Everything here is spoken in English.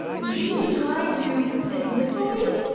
be you tryin' to dismissal me?